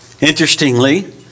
Interestingly